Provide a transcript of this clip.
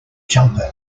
jumper